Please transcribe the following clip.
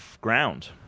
ground